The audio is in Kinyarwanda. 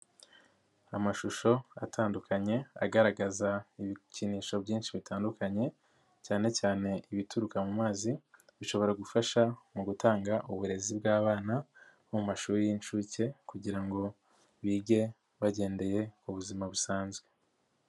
Amashusho atandukanye agaragaza ibikinisho byinshi bitandukanye, cyane cyane ibituruka mu mazi bishobora gufasha mu gutanga uburezi bw'abana bo mu mashuri y'inshuke kugira ngo bige bagendeye ku buzima busanzwe.